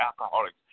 alcoholics